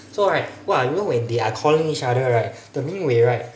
so right !wah! you know when they are calling each other right the ming wei right